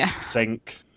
sink